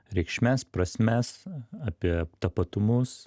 reikšmes prasmes apie tapatumus